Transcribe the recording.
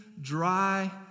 dry